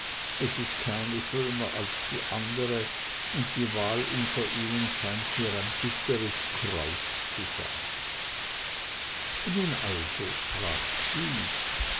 es ist keine schöner als die andere und die wahl unter ihnen scheint mir ein bitteres kraut zu sein nun also sprach züs